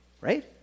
Right